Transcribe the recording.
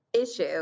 issue